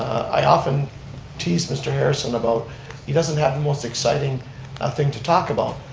i often tease mr. harrison about he doesn't have the most exciting ah thing to talk about,